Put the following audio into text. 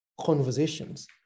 conversations